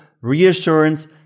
reassurance